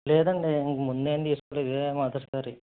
లేదండి ముందు ఏమి తీసుకోలేదు ఇదే మొదటిసారి